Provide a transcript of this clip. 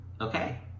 okay